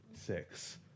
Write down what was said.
Six